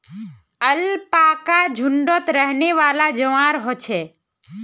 alpaca झुण्डत रहनेवाला जंवार ह छे